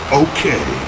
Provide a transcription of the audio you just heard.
okay